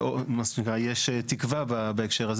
מה שנקרא, יש תקווה בהקשר הזה.